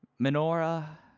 menorah